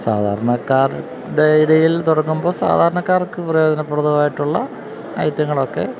സാധാരണക്കാരുടെ ഇടയിൽ തുടങ്ങുമ്പോള് സാധാരണക്കാർക്ക് പ്രയോജനപ്പെടുന്നതായിട്ടുള്ള ഐറ്റങ്ങളൊക്കെ